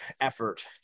effort